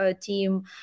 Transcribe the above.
team